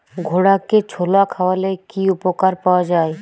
ঘোড়াকে ছোলা খাওয়ালে কি উপকার পাওয়া যায়?